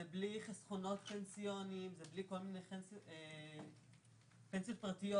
בלי חסכונות פנסיוניים או פנסיות פרטיות